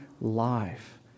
life